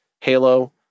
Halo